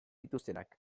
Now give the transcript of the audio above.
dituztenak